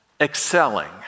excelling